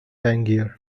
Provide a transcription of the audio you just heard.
tangier